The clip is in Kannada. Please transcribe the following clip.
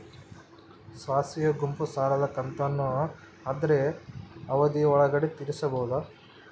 ಸ್ವಸಹಾಯ ಗುಂಪು ಸಾಲದ ಕಂತನ್ನ ಆದ್ರ ಅವಧಿ ಒಳ್ಗಡೆ ತೇರಿಸಬೋದ?